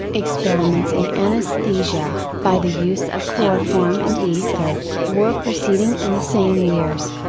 experiments in anesthesia, by the use of chloroform and ether, were proceeding in the same years.